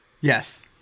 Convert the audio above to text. Yes